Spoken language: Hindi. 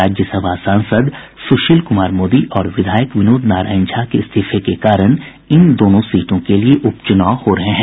राज्यसभा सांसद सुशील कुमार मोदी और विधायक विनोद नारायण झा के इस्तीफे के कारण इन दोनों सीटों के लिए उप चुनाव हो रहे हैं